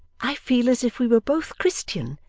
i feel as if we were both christian,